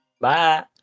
Bye